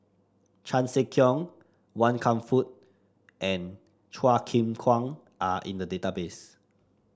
Chan Sek Keong Wan Kam Fook and Chua Chim Kang are in the database